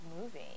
movie